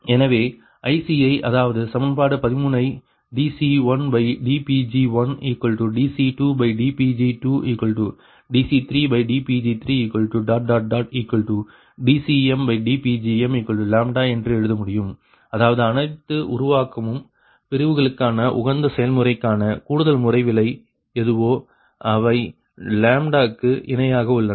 எனவே ICi அதாவது சமன்பாடு 13 ஐ dC1dPg1dC2dPg2dC3dPg3dCmdPgmλ என்று எழுத முடியும் அதாவது அனைத்து உருவாக்கும் பிரிவுகளுக்கான உகந்த செயல்முறைக்கான கூடுதல்முறை விலை எதுவோ அவை க்கு இணையாக உள்ளன